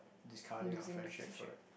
discarding our friendship for it